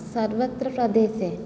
सर्वत्र प्रदेशे